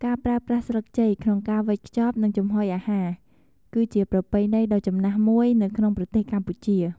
ការប្រើប្រាស់ស្លឹកចេកក្នុងការវេចខ្ចប់ និងចំហុយអាហារ គឺជាប្រពៃណីដ៏ចំណាស់មួយនៅក្នុងប្រទេសកម្ពុជា។